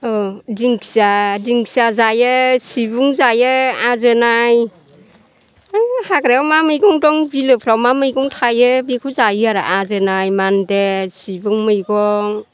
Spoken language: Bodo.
दिंखिया जायो सिबुं जायो आजोनाय हाग्रायाव मा मैगं दं बिलोफ्राव मा मैगं थायो बेखौ जायोआरो आजोनाय मानदे सिबुं मैगं